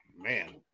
man